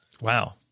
Wow